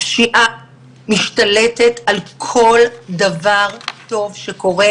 הפשיעה משתלטת על כל דבר טוב שקורה,